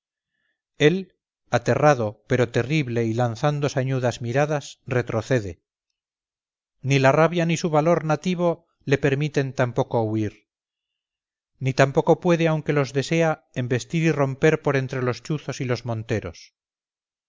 él aterrado pero terrible y lanzando sañudas miradas retrocede ni la rabia ni su valor nativo le permiten tampoco huir ni tampoco puede aunque los desea embestir y romper por entre los chuzos y los monteros